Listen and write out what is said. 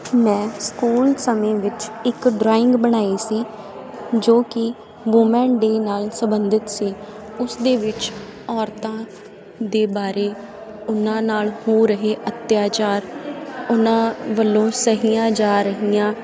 ਮੈਂ ਸਕੂਲ ਸਮੇਂ ਵਿੱਚ ਇੱਕ ਡਰਾਇੰਗ ਬਣਾਈ ਸੀ ਜੋ ਕਿ ਵੂਮੈਨ ਡੇ ਨਾਲ ਸੰਬੰਧਿਤ ਸੀ ਉਸ ਦੇ ਵਿੱਚ ਔਰਤਾਂ ਦੇ ਬਾਰੇ ਉਹਨਾਂ ਨਾਲ ਹੋ ਰਹੇ ਅੱਤਿਆਚਾਰ ਉਹਨਾਂ ਵੱਲੋਂ ਸਹੀਆਂ ਜਾ ਰਹੀਆਂ